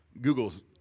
Google's